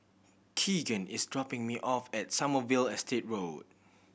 Keegan is dropping me off at Sommerville Estate Road